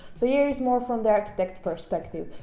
so here is more from the architect perspective.